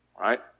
Right